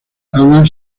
hablan